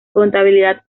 contabilidad